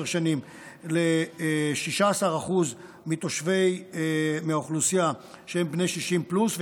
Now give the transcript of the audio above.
שנים ל-16% מהאוכלוסייה שהם בני 60 פלוס,